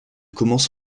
commence